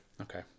Okay